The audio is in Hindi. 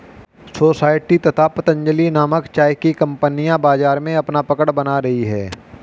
सोसायटी तथा पतंजलि नामक चाय की कंपनियां बाजार में अपना पकड़ बना रही है